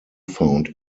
found